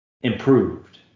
improved